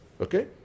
Okay